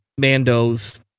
mandos